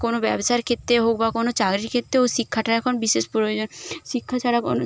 কোনো ব্যবসার ক্ষেত্রে হোক বা কোনো চাকরির ক্ষেত্রেও শিক্ষাটা এখন বিশেষ প্রয়োজন শিক্ষা ছাড়া কোনো